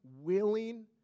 willing